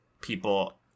people